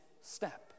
step